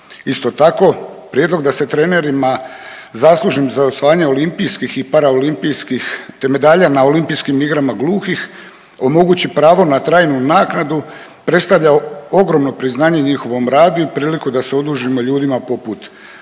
Isto tako, prijedlog da se trenerima zaslužnim za osvajanje olimpijskim i paraolimpijskih te medalja na Olimpijskim igrama gluhih omogući pravo na trajnu naknadu predstavlja ogromno priznanje njihovom radu i priliku da se odužimo ljudima poput